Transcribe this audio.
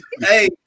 hey